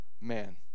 Man